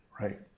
Right